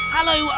Hello